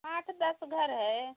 आठ दस घर है